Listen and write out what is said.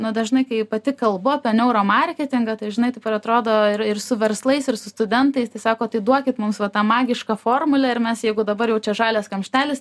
nu dažnai kai pati kalbu apie neuromarketingą tai žinai taip ir atrodo ir ir su verslais ir su studentais tai sako tai duokit mums va tą magišką formulę ir mes jeigu dabar jau čia žalias kamštelis